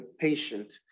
patient